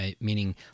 meaning